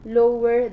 lower